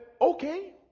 okay